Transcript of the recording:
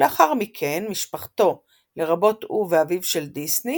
ולאחר מכן משפחתו, לרבות הוא ואביו של דיסני,